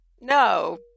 no